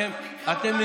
אתם נדרשים,